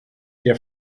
der